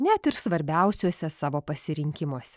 net ir svarbiausiuose savo pasirinkimuose